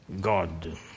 God